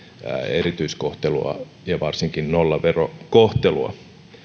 erityiskohtelua eivätkä varsinkaan nollaverokohtelua